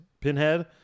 Pinhead